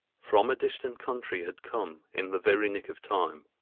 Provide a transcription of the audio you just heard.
from a distant country had come, in the very nick of time,